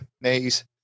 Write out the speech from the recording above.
knees